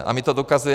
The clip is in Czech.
A my to dokazujeme.